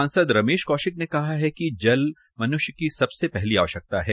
सांसद रमेश कौशिक ने कहा कि जल मनुष्य की सबसे पहली आवश्यकता है